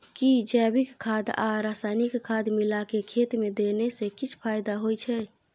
कि जैविक खाद आ रसायनिक खाद मिलाके खेत मे देने से किछ फायदा होय छै?